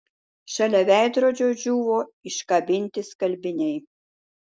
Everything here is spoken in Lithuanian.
šalia veidrodžio džiūvo iškabinti skalbiniai